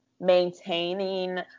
maintaining